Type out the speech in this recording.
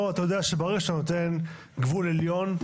אתה יודע שברגע שאתה נותן גבול עליון,